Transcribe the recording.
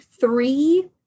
three